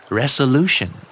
resolution